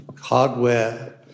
hardware